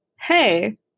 hey